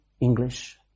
English